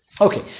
Okay